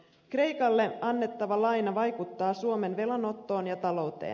kreikalle annettava laina vaikuttaa suomen velanottoon ja talouteen